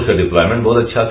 उसका डिप्लॉमेंट बहुत अच्छा था